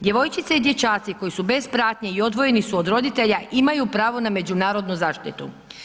Djevojčice i dječaci koji su bez pratnje i odvojeni su od roditelja imaju pravo na međunarodnu zaštitu.